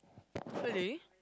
really